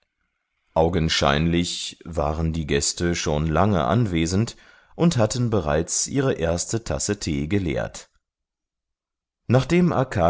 augenscheinlich waren die gäste schon lange anwesend und hatten bereits ihre erste tasse tee geleert nachdem